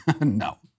No